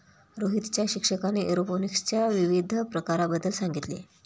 रोहितच्या शिक्षकाने एरोपोनिक्सच्या विविध प्रकारांबद्दल सांगितले